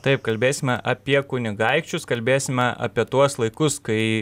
taip kalbėsime apie kunigaikščius kalbėsime apie tuos laikus kai